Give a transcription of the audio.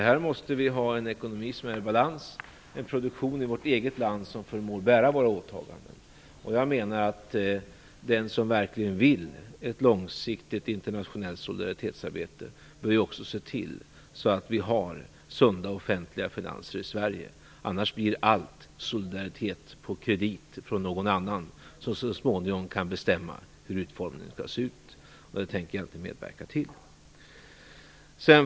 Här måste vi ha en ekonomi som är i balans, en produktion i vårt eget land som förmår bära våra åtaganden. Jag menar att den som verkligen vill ha ett långsiktigt internationellt solidaritetsarbete också bör se till att vi har sunda offentliga finanser i Sverige. Annars blir all solidaritet på kredit från någon annan, som så småningom kan bestämma hur utformningen skall vara. Det tänker jag inte medverka till.